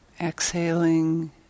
Exhaling